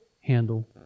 handle